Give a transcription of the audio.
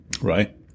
Right